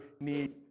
need